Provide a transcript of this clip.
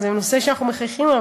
זה נושא שאנחנו מחייכים בו,